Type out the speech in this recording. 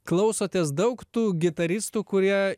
klausotės daug tų gitaristų kurie